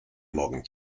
morgen